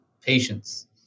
patience